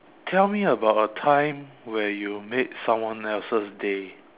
tell me about a time where you made someone else's day